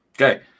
Okay